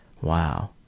Wow